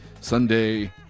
Sunday